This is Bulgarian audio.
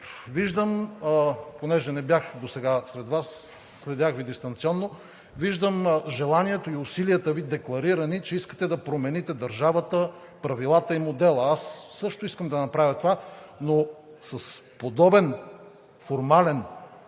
Виждам – понеже не бях досега сред Вас, следях Ви дистанционно, желанието и усилията Ви са декларирани, че искате да промените държавата, правилата и модела. Аз също искам да направя това, но с подобен формален